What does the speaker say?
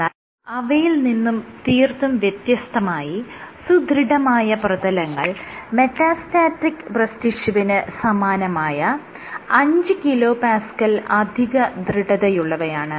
എന്നാൽ അവയിൽ നിന്നും തീർത്തും വ്യത്യസ്തമായി സുദൃഢമായ പ്രതലങ്ങൾ മെറ്റാസ്റ്റാറ്റിക് ബ്രെസ്റ്റ് ടിഷ്യൂവിന് സമാനമായ 5 kPa അധികദൃഢതയുള്ളവയാണ്